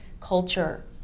culture